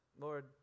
Lord